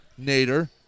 Nader